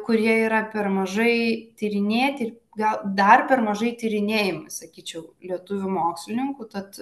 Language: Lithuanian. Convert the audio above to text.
kurie yra per mažai tyrinėti gal dar per mažai tyrinėjami sakyčiau lietuvių mokslininkų tad